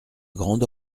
grande